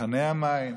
צרכני המים.